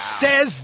says